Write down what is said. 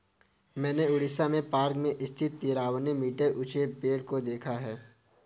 मैंने उड़ीसा में पार्क में स्थित तिरानवे मीटर ऊंचे पेड़ को देखा है